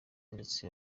ndetse